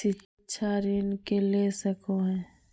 शिक्षा ऋण के ले सको है?